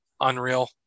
Unreal